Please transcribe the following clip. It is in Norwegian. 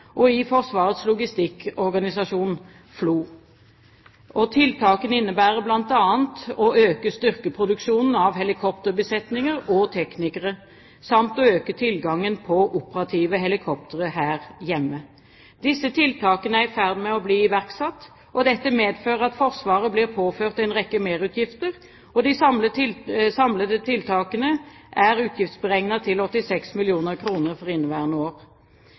og i Forsvarets logistikkorganisasjon, FLO. Tiltakene innebærer bl.a. å øke styrkeproduksjonen av helikopterbesetninger og teknikere samt å øke tilgangen til operative helikoptre her hjemme. Disse tiltakene er i ferd med å bli iverksatt. Det medfører at Forsvaret blir påført en rekke merutgifter. De samlede tiltakene er utgiftsberegnet til 86 mill. kr for inneværende år.